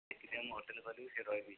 ସେଠି ଯେ ମୁଁ ହୋଟେଲ୍ କରିବି ସେଠି ରହିବି